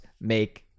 make